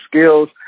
skills